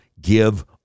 give